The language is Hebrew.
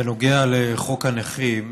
בנוגע לחוק הנכים,